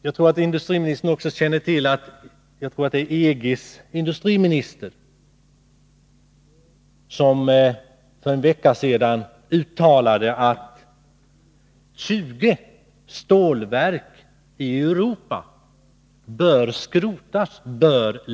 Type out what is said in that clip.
Jag tror det var EG:s industriminister som för en vecka sedan uttalade att 20 stålverk i Europa bör skrotas.